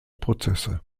prozesse